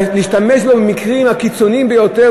להשתמש בו במקרים הקיצוניים ביותר,